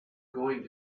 going